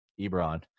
Ebron